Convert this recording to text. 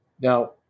Now